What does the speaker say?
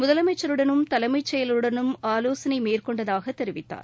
முதலமைச்சருடனும் தலைமைச் செயலருடனும் ஆவோசனை மேற்கொண்டதாக தெரிவித்தார்